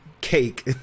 cake